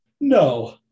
no